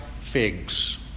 figs